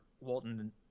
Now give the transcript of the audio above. Walton